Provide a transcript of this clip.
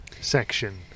section